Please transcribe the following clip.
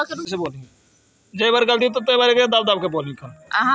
security training में एक company नया शेयर भी जारी कर सकऽ हई